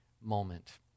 moment